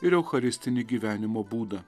ir eucharistinį gyvenimo būdą